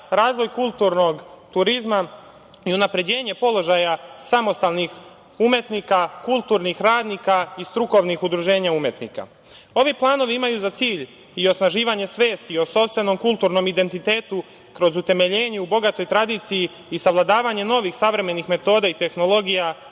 razvoj kulturnog turizma i unapređenje položaja samostalnih umetnika, kulturnih radnika i strukovnih udruženja umetnika. Ovi planovi imaju za cilj i osnaživanje svesti o sopstvenom, kulturnom identitetu kroz utemeljenje u bogatoj tradiciji i savladavanje novih savremenih metoda i tehnologija